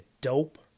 dope